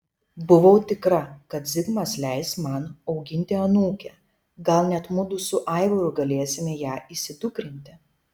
buvau tikra kad zigmas leis man auginti anūkę gal net mudu su aivaru galėsime ją įsidukrinti